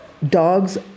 dogs